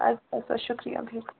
اَدٕ سا اَدٕ سا شُکریہ بِہِو